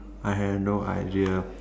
I have no idea